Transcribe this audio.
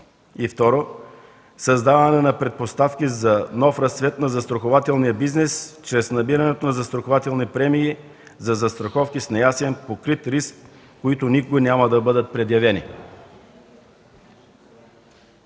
Второ, създаване на предпоставки за нов разцвет на застрахователния бизнес чрез набирането на застрахователни премии за застраховки с неясен покрит риск, които никога няма да бъдат предявени.